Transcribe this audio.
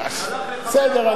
בסדר,